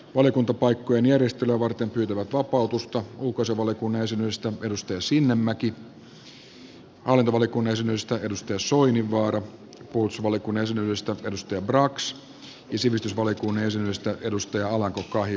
valiokuntapaikkojen järjestelyä varten pyytävät vapautusta ulkoasiainvaliokunnan jäsenyydestä anni sinnemäki hallintovaliokunnan jäsenyydestä osmo soininvaara puolustusvaliokunnan jäsenyydestä tuija brax ja sivistysvaliokunnan jäsenyydestä outi alanko kahiluoto